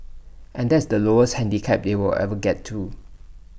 and that's the lowest handicap they'll ever get to